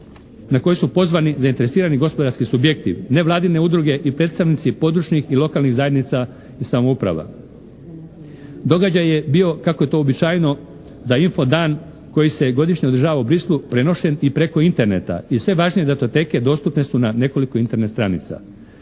na koji su pozvani zainteresirani gospodarski subjekti, nevladine udruge i predstavnici područnih i lokalnih zajednica i samouprava. Događaj je bio kako je to uobičajeno da info dan koji se godišnje održava u Bruxellesu prenošen i preko interneta i sve važnije datoteke dostupne su na nekoliko Internet stranica.